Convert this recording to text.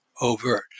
overt